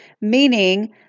meaning